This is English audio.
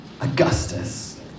Augustus